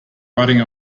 riding